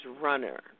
Runner